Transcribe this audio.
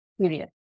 period